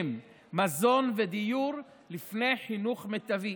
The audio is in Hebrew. מזון ודיור לפני חינוך מיטבי.